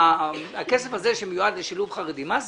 הכסף הזה שמיועד לשילוב חרדים, מה זה?